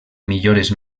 millores